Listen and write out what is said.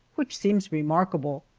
which seems remarkable,